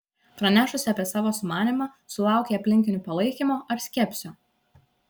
pranešusi apie savo sumanymą sulaukei aplinkinių palaikymo ar skepsio